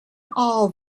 all